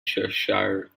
cheshire